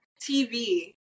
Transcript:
TV